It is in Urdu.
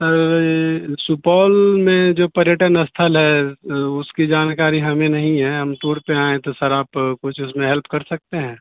سر یہ سپول میں جو پریٹن استھل ہے اس کی جانکاری ہمیں نہیں ہے ہم تور پہ آئے ہیں تو سر آپ کچھ اس میں ہیلپ کر سکتے ہیں